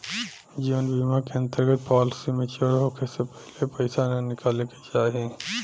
जीवन बीमा के अंतर्गत पॉलिसी मैच्योर होखे से पहिले पईसा ना निकाले के चाही